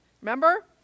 remember